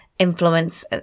Influence